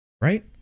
Right